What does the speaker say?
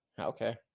Okay